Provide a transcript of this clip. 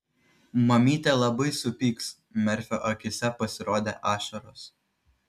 mamytė labai supyks merfio akyse pasirodė ašaros